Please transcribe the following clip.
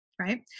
right